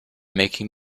making